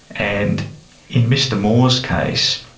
and in mr moore's case,